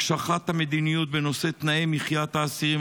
הקשחת המדיניות בנושא תנאי מחיית האסירים